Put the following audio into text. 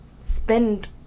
spend